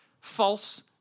false